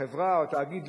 החברה או התאגיד,